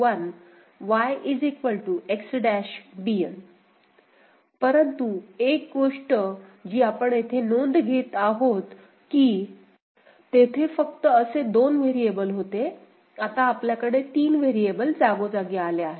Bn परंतु एक गोष्ट जी आपण येथे नोंद घेत आहोत की तेथे फक्त असे 2 व्हेरिएबल होते आता आपल्याकडे 3 व्हेरिएबल जागोजागी आले आहेत